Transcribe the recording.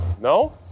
No